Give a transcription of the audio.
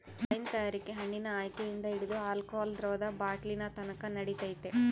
wine ತಯಾರಿಕೆ ಹಣ್ಣಿನ ಆಯ್ಕೆಯಿಂದ ಹಿಡಿದು ಆಲ್ಕೋಹಾಲ್ ದ್ರವದ ಬಾಟ್ಲಿನತಕನ ನಡಿತೈತೆ